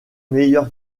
meilleur